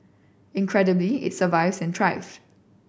incredibly it survives and thrives